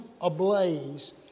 ablaze